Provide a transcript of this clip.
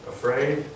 Afraid